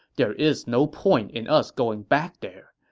there is no point in us going back there.